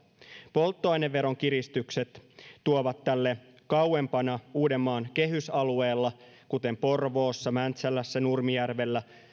polttoaineveron kiristykset tuovat tälle kauempana uudenmaan kehysalueella kuten porvoossa mäntsälässä nurmijärvellä